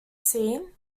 seen